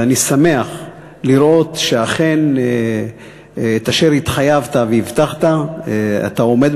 ואני שמח לראות שאכן באשר התחייבת והבטחת אתה עומד,